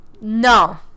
No